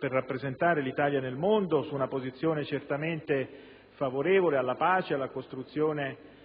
rappresentare l'Italia nel mondo su una posizione certamente favorevole alla pace e alla costruzione